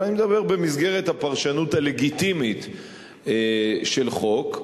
אבל אני מדבר במסגרת הפרשנות הלגיטימית של חוק.